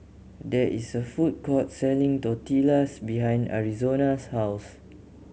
there is a food court selling Tortillas behind Arizona's house